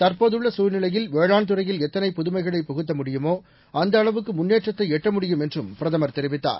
தற்போதுள்ள குழ்நிலையில் வேளாண் துறையில் எத்தனை புதுமைகளை புகுத்த முடியுமோ அந்த அளவுக்கு முன்னேற்றத்தை எட்ட முடியும் என்றும் பிரதமர் தெரிவித்தார்